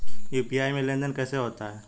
UPI में लेनदेन कैसे होता है?